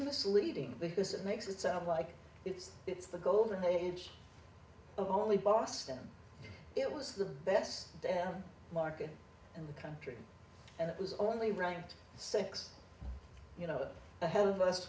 misleading because it makes it sound like it's it's the golden age of only boston it was the best damn market in the country and it was only ranked six you know ahead of us